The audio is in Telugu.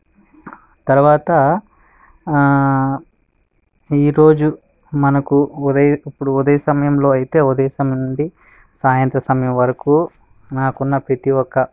తర్వాత ఈరోజు మనకు ఉదయం ఇప్పుడు ఉదయం సమయంలో అయితే ఉదయం సమయం నుండి సాయంత్రం సమయం వరకు నాకు ఉన్న ప్రతి ఒక్క